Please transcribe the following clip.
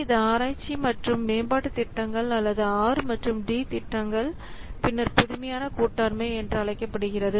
இது ஆராய்ச்சி மற்றும் மேம்பாட்டுத் திட்டங்கள் அல்லது ஆர் மற்றும் டி திட்டங்கள் பின்னர் புதுமையான கூட்டாண்மை என அழைக்கப்படுகிறது